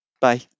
Bye